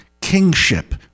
kingship